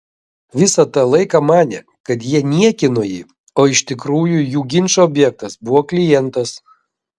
visą tą laiką manė kad jie niekino jį o iš tikrųjų jų ginčo objektas buvo klientas